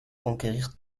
conquérir